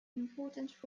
important